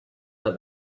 that